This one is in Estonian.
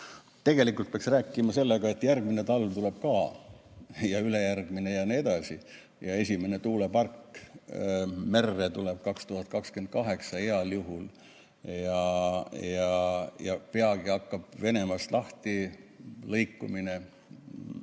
ole. Tegelikult peaks rääkima sellest, et järgmine talv tuleb ka, ja ülejärgmine ja nii edasi. Esimene tuulepark merre tuleb heal juhul 2028 ja peagi hakkab Venemaast lahtilõikumine,